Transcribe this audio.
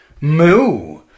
moo